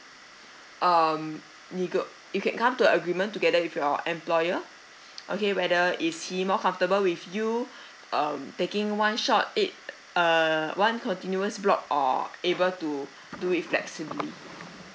um nego you can come to a agreement together with your employer okay whether is he more comfortable with you um taking one shot eight err one continuous block or able to do it flexibly